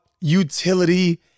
utility